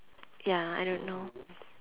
ya I don't know